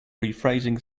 rephrasing